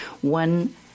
one